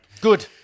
Good